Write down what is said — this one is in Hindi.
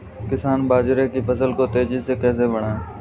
किसान बाजरे की फसल को तेजी से कैसे बढ़ाएँ?